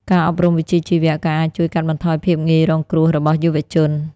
ការអប់រំវិជ្ជាជីវៈអាចជួយកាត់បន្ថយភាពងាយរងគ្រោះរបស់យុវជន។